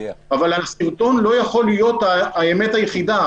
אבל הסרטון לא יכול להיות האמת היחידה.